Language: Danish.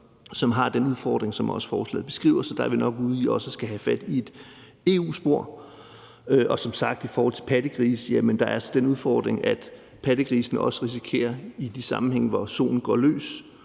der er den udfordring, som forslaget også beskriver. Så der er vi nok ude i også at skulle have fat i et EU-spor. Og i forhold til pattegrise er der som sagt den udfordring, at pattegrisene i de sammenhænge, hvor soen går løs,